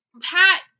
Pat-